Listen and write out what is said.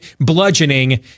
bludgeoning